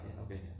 okay